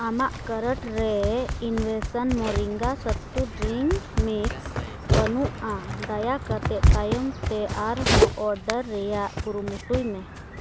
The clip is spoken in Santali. ᱟᱢᱟᱜ ᱠᱟᱨᱚᱴᱨᱮ ᱤᱱᱵᱷᱮᱥᱚᱱ ᱢᱳᱨᱤᱝᱜᱟ ᱥᱚᱛᱛᱩ ᱰᱨᱤᱝᱠ ᱢᱤᱠᱥ ᱵᱟᱹᱱᱩᱜᱼᱟ ᱫᱟᱭᱟ ᱠᱟᱛᱮᱫ ᱛᱟᱭᱚᱢᱛᱮ ᱟᱨᱦᱚᱸ ᱚᱰᱟᱨ ᱨᱮᱭᱟᱜ ᱠᱩᱨᱩᱢᱩᱴᱩᱭ ᱢᱮ